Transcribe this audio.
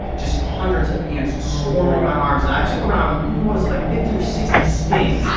just hundreds of ants swarming my arms. and i took around, what was it, like fifty or sixty stings.